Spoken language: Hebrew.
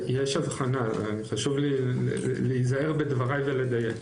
חשוב לי להיזהר בדבריי ולדייק,